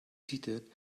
seated